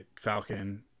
Falcon